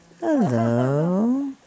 Hello